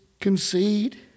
concede